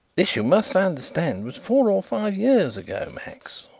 this, you must understand, was four or five years ago, max,